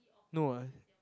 no ah